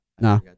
No